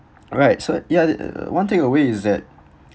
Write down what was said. right so ya uh one takeaway is that